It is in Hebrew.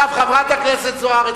חברת הכנסת זוארץ,